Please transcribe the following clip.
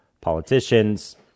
politicians